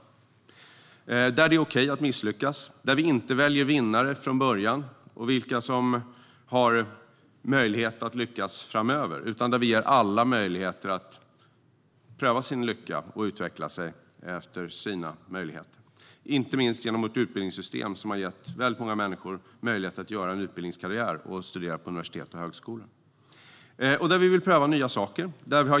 Det är ett samhälle där det är okej att misslyckas, där vi inte från början väljer vinnarna och vilka som ska kunna lyckas framöver, utan där vi ger möjligheter till alla att pröva sin lycka och utveckla sig efter sina förutsättningar, inte minst genom vårt utbildningssystem, som har gett väldigt många människor möjlighet att göra en utbildningskarriär och studera på universitet och högskola. Vi vill pröva nya saker.